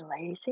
lazy